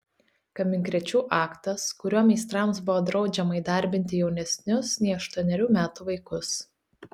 kaminkrėčių aktas kuriuo meistrams buvo draudžiama įdarbinti jaunesnius nei aštuonerių metų vaikus